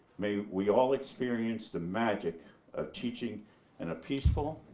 may we all experience the magic of teaching in a peaceful